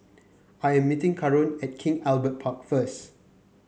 I am meeting Karon at King Albert Park first